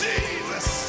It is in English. Jesus